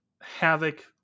havoc